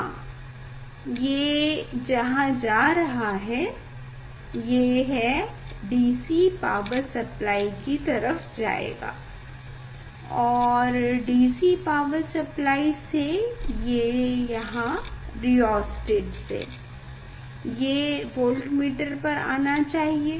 हाँ ये यहाँ जा रहा है ये DC पावर सप्लाई की तरफ जाएगा और फिर DC पावर सप्लाई से या रिहोस्टेट से ये वोल्टमीटर पर आना चाहिए